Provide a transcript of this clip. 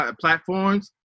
platforms